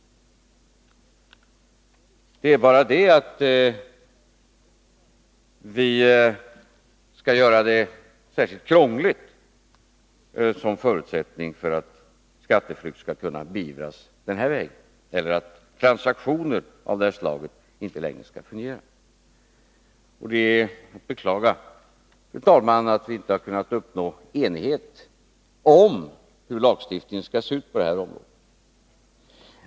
Vi skall bara göra det särskilt krångligt att skapa förutsättningar för att skatteflykt skall kunna beivras den här vägen eller för att transaktioner av detta slag inte längre skall fungera. Det är att beklaga att vi inte har kunnat uppnå enighet om hur lagstiftningen på detta område skall se ut.